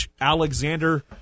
Alexander